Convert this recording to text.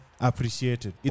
appreciated